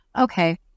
okay